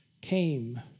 came